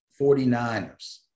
49ers